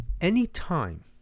Anytime